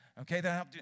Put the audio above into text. Okay